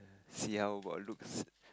see how about looks